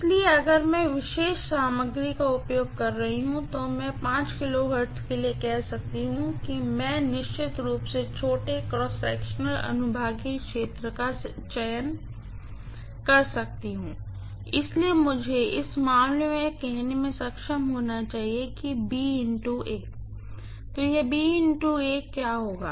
इसलिए अगर मैं किसी विशेष सामग्री का उपयोग कर रही हूँ तो मैं kHz के लिए सकती हूँ कि हूं मैं निश्चित रूप से छोटे क्रॉस अनुभागीय क्षेत्र का चयन कर सकती हूँ इसलिए मुझे इस मामले में कहने में सक्षम होना चाहिए अगर मैं कहती हूँ तो यह होगा